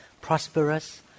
prosperous